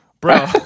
bro